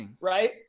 right